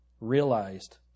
realized